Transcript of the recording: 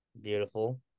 Beautiful